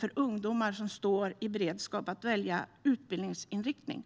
för ungdomar som står i beredskap att välja utbildningsinriktning.